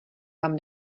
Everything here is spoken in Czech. vám